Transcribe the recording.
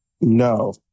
No